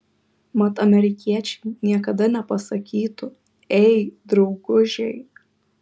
mat amerikiečiai niekada nepasakytų ei draugužiai